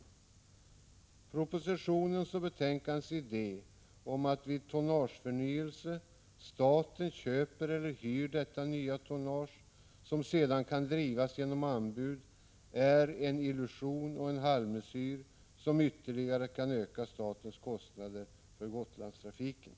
Idén i propositionen och betänkandet om att vid tonnageförnyelse staten köper eller hyr detta nya tonnage, som sedan kan drivas genom anbud, är en illusion och en halvmesyr som ytterligare kan öka statens kostnader för Gotlandstrafiken.